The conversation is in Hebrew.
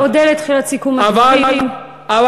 אודה על